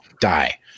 Die